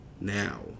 now